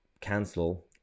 cancel